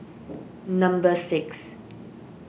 number six